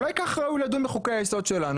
אולי ככה ראוי לדון בחוקי היסוד שלנו,